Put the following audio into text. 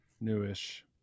newish